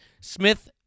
Smith